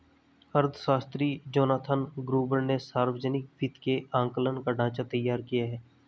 अर्थशास्त्री Jonathan Gruber ने सावर्जनिक वित्त के आंकलन का ढाँचा तैयार किया है